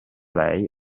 lei